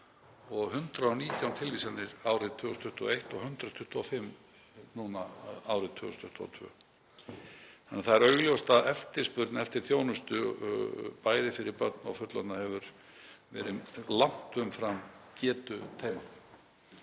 119 tilvísanir árið 2021 og 125 árið 2022. Því er augljóst að eftirspurn eftir þjónustu, bæði fyrir börn og fullorðna, hefur verið langt umfram getu og